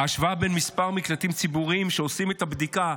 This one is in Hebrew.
ההשוואה בין מספר מקלטים ציבוריים כשעושים את הבדיקה,